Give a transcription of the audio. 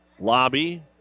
Lobby